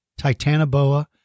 Titanoboa